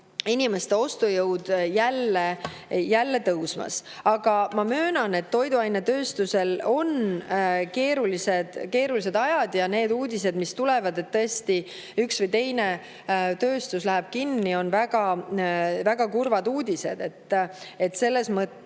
inimeste ostujõud jälle tõusmas. Aga ma möönan, et toiduainetööstusel on keerulised ajad ja need uudised, mis tulevad, et üks või teine tööstus läheb kinni, on tõesti väga-väga kurvad. Küsimus on selles, et